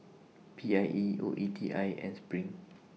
P I E O E T I and SPRING